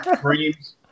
dreams